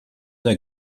der